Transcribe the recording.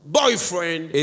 boyfriend